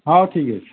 ହଉ ଠିକ୍ ଅଛି